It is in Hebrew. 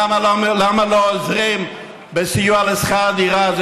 למה לא עוזרים בסיוע לשכר דירה?